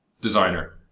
designer